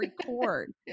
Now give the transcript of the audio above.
record